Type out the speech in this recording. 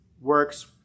works